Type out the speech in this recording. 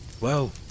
Well